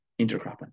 intercropping